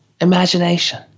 imagination